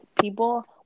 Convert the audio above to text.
People